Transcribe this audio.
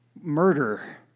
Murder